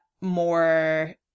more